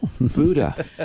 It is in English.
Buddha